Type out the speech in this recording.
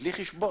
בלי חשבון.